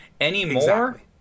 anymore